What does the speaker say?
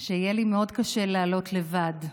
שיהיה לי מאוד קשה לעלות לבד.